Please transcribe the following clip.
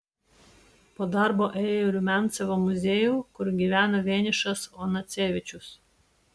po darbo ėjo į rumiancevo muziejų kur gyveno vienišas onacevičius